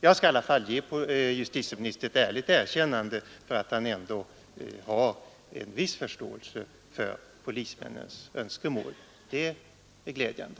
Jag skall i alla fall ge justitieministern ett ärligt erkännande för att han ändå har en viss förståelse för polismännens önskemål. Det är glädjande.